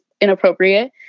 inappropriate